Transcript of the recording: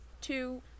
Two